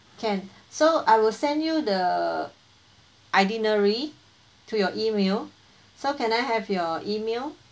can so I will send you the itinerary to your email so can I have your email